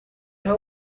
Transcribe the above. her